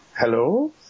hello